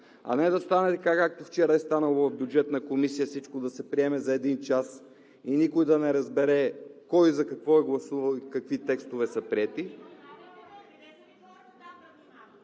а не да стане, както вчера е станало в Бюджетна комисия – всичко да се приеме за един час и никой да не разбере кой за какво е гласувал и какви текстове са приети.